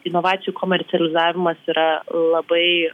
inovacijų komercializavimas yra labai